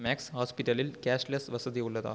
maths ஹாஸ்பிட்டலில் cashless வசதி உள்ளதா